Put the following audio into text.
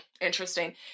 Interesting